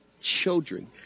children